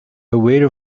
waited